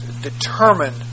determined